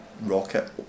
rocket